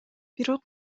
бирок